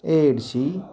Yedshi